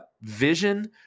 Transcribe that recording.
vision